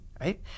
right